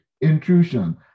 intrusion